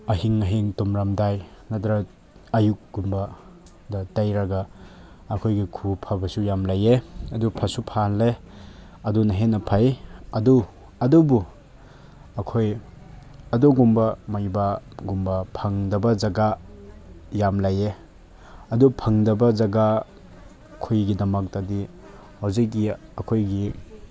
ꯑꯍꯤꯡ ꯑꯍꯤꯡ ꯇꯨꯝꯂꯝꯗꯥꯏ ꯅꯠꯇ꯭ꯔ ꯑꯌꯨꯛꯀꯨꯝꯕ ꯗ ꯇꯩꯔꯒ ꯑꯩꯈꯣꯏꯒꯤ ꯈꯨꯎ ꯐꯕꯁꯨ ꯌꯥꯝ ꯂꯩꯌꯦ ꯑꯗꯨ ꯐꯁꯨ ꯐꯍꯜꯂꯦ ꯑꯗꯨꯅ ꯍꯦꯟꯅ ꯐꯩ ꯑꯗꯨ ꯑꯗꯨꯕꯨ ꯑꯩꯈꯣꯏ ꯑꯗꯨꯒꯨꯝꯕ ꯃꯩꯕꯥꯒꯨꯝꯕ ꯐꯪꯗꯕ ꯖꯒꯥ ꯌꯥꯝ ꯂꯩꯌꯦ ꯑꯗꯨ ꯐꯪꯗꯕ ꯖꯒꯥ ꯈꯣꯏꯒꯤꯗꯃꯛꯇꯗꯤ ꯍꯧꯖꯤꯛꯀꯤ ꯑꯩꯈꯣꯏꯒꯤ